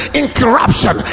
incorruption